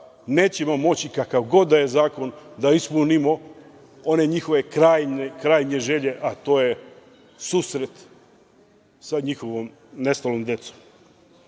nećemo moći kakav god da je zakon, da ispunimo one njihove krajnje želje, a to je susret sa njihovom nestalom